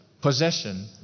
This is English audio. possession